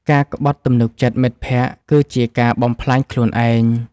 ការក្បត់ទំនុកចិត្តមិត្តភក្តិ គឺជាការបំផ្លាញខ្លួនឯង។